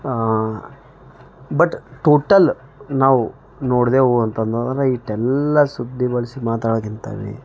but total ನಾವು ನೊಡಿದೆವು ಅಂತಂದ್ರೆ ಈಟೆಲ್ಲ ಸುತ್ತಿ ಬಳಸಿ ಮಾತಾಡೋಕ್ಕಿಂತವೇ